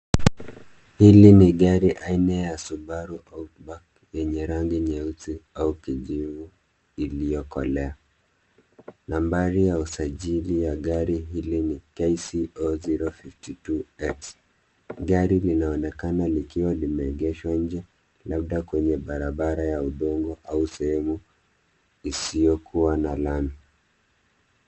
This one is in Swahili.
Hili ni gari aina ya Subaru Outback, yenye rangi nyeusi au kijivu iliyokolea . Nambari ya usajili ya gari hili ni KCO 052 X.Gari linaonekana likiwa limeegeshwa nje, labda kwenye barabara ya udongo au sehemu isiyokuwa na lami.